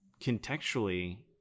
Contextually